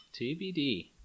TBD